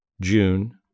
June